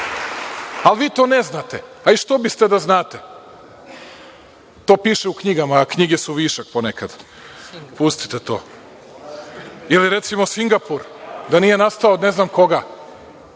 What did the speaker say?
ali vi to ne znate, a što biste i da znate. To piše u knjigama, a knjige su višak ponekad. Pustite to, ili recimo Singapur da nije nastao od ne znam koga.